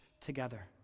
together